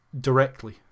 directly